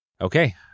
Okay